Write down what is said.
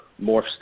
morphs